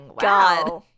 god